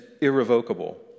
irrevocable